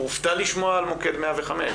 הוא הופתע לשמוע על מוקד 105,